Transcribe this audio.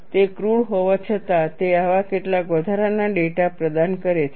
તે ક્રૂડ હોવા છતાં તે આવા કેટલાક વધારાના ડેટા પ્રદાન કરે છે